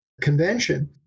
convention